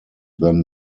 than